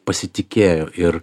pasitikėjo ir